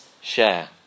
share